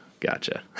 Gotcha